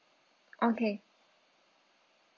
okay